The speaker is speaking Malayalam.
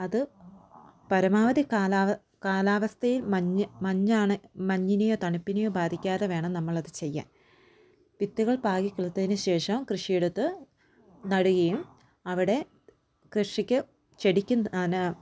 അതു പരമാവധി കാലാവസ്ഥയും മഞ്ഞ് മഞ്ഞാണ് മഞ്ഞിനെയോ തണുപ്പിനെയോ ബാധിക്കാതെ വേണം നമ്മളത് ചെയ്യാൻ വിത്തുകൾ പാകി കിളിർത്തതിനു ശേഷം കൃഷിയിടത്ത് നടുകയും അവിടെ കൃഷിക്ക് ചെടിക്ക് നനാ